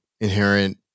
inherent